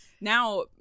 now